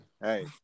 hey